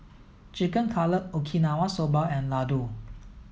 Chicken Cutlet Okinawa Soba and Ladoo